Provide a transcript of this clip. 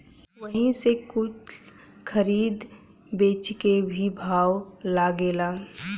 वही से कुल खरीद बेची के भाव लागेला